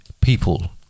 people